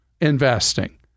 investing